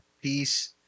peace